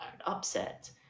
upset